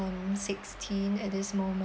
sixteen at this moment